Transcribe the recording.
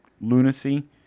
lunacy